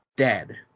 Dead